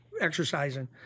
exercising